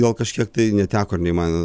gal kažkiek tai neteko nei man